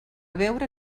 veure